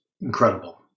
incredible